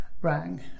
rang